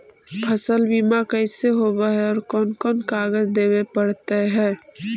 फसल बिमा कैसे होब है और कोन कोन कागज देबे पड़तै है?